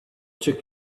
took